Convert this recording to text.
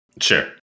Sure